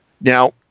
Now